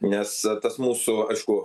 nes tas mūsų aišku